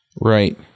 Right